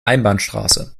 einbahnstraße